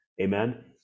amen